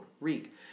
Reek